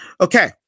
Okay